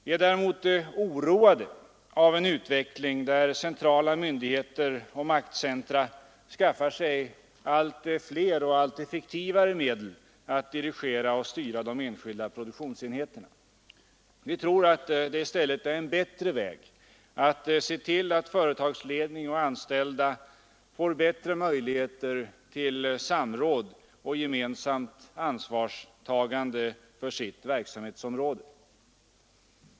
Vi är däremot oroade av den utveckling där centrala myndigheter och maktcentra skaffar sig allt fler och allt effektivare medel att dirigera och styra de enskilda produktionsenheterna, Vi tror att det är en bättre väg att i stället se till att företagsledning och anställda får större möjligheter till samråd och gemensamt ansvarstagande för sitt verksamhetsområde.